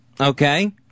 Okay